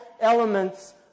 elements